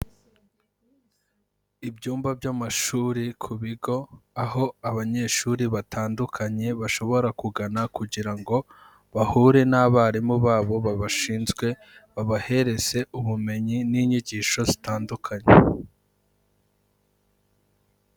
Ibyumba by'amashuri ku bigo, aho abanyeshuri batandukanye bashobora kugana kugira ngo bahure n'abarimu babo bashinzwe, babahereze ubumenyi n'inyigisho zitandukanye.